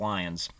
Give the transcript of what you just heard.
Lions